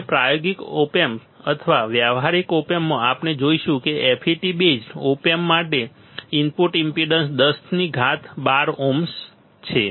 હવે પ્રાયોગિક op amps અથવા વ્યાવહારિક ઓપ એમ્પ્સમાં આપણે જોઈશું કે FET બેઝડ ઓપ એમ્પ્સ માટે ઇનપુટ ઈમ્પેડન્સ 10 ની ધાત 12 ઓહ્મ છે